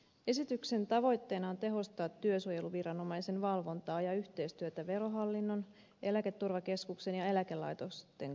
esityksen tavoitteena on tehostaa työsuojeluviranomaisen valvontaa ja yhteistyötä verohallinnon eläketurvakeskuksen ja eläkelaitosten kanssa